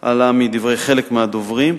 שעלה מדברי חלק מהדוברים.